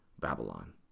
Babylon